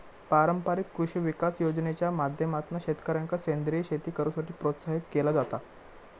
पारंपारिक कृषी विकास योजनेच्या माध्यमातना शेतकऱ्यांका सेंद्रीय शेती करुसाठी प्रोत्साहित केला जाता